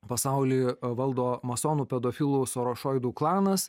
pasaulį valdo masonų pedofilų sorošoidų klanas